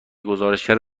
گزارشگر